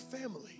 family